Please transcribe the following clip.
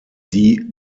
die